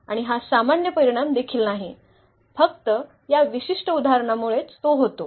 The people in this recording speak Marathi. आणि हा सामान्य परिणाम देखील नाही फक्त या विशिष्ट उदाहरणामुळेच तो होतो